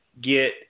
get